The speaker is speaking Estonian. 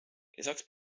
lisaks